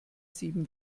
sieben